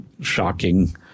shocking